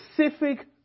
specific